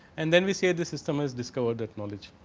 and then we say this system is discovered that knowledge.